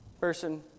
person